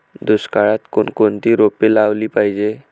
दुष्काळात कोणकोणती रोपे लावली पाहिजे?